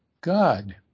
God